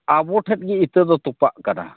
ᱟᱵᱚ ᱴᱷᱮᱱᱜᱮ ᱤᱛᱟᱹᱫᱚ ᱛᱚᱯᱟᱜ ᱠᱟᱱᱟ